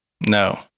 No